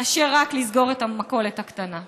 מאשר רק לסגור את המכולת הקטנה.